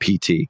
PT